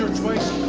twice